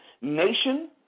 nation